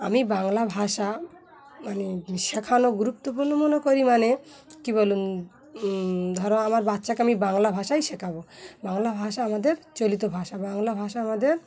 আমি বাংলা ভাষা মানে শেখানো গুরুত্বপূর্ণ মনে করি মানে কী বলুন ধরো আমার বাচ্চাকে আমি বাংলা ভাষাই শেখাবো বাংলা ভাষা আমাদের চলিত ভাষা বাংলা ভাষা আমাদের